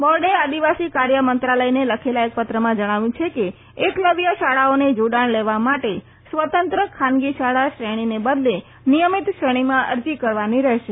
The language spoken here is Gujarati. બોર્ડે આદિવાસી કાર્ય મંત્રાલયને લખેલા એક પત્રમાં જણાવ્યું છે કે એકલવ્ય શાળાઓને જોડાણ લેવા માટે સ્વતંત્ર ખાનગી શાળા શ્રેણીને બદલે નિયમિત શ્રેણીમાં અરજી કરવાની રહેશે